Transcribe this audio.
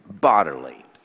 bodily